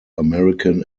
american